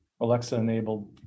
Alexa-enabled